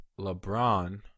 LeBron